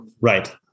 right